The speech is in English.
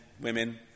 women